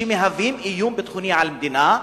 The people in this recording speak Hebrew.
שמהווים איום ביטחוני על המדינה,